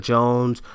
Jones